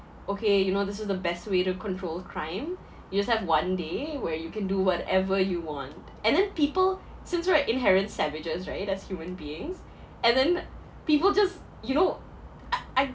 okay you know this is the best way to control crime you just have one day where you can do whatever you want and then people since we are inherent savages right as human beings and then people just you know uh I